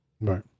Right